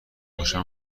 باشم